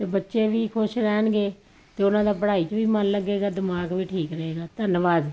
ਤੇ ਬੱਚੇ ਵੀ ਖੁਸ਼ ਰਹਿਣਗੇ ਤੇ ਉਹਨਾਂ ਦਾ ਪੜਾਈ ਚ ਵੀ ਮੰਨ ਲੱਗੇਗਾ ਦਿਮਾਗ ਵੀ ਠੀਕ ਰਹੇਗਾ ਧੰਨਵਾਦ